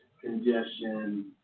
congestion